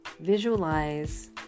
Visualize